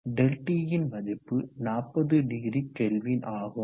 ∆T ன் மதிப்பு 40° K ஆகும்